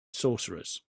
sorcerers